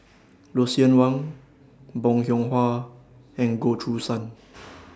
Lucien Wang Bong Hiong Hwa and Goh Choo San